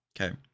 okay